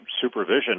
supervision